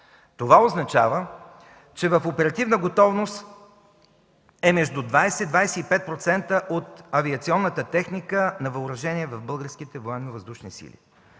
Това означава, че в оперативна готовност е между 20-25% от авиационната техника на въоръжение в българските Военновъздушни сили.